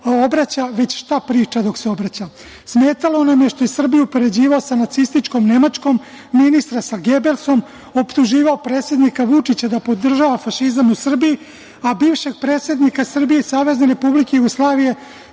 već šta priča dok se obraća. Smetalo nam je što je Srbiju upoređivao sa nacističkom Nemačkom, ministra sa Gebelsom, optuživao predsednika Vučića da podržava fašizam u Srbiji, a bivšeg predsednika Srbije i SRJ Slobodana Miloševića